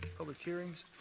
public hearings.